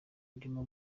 ndimo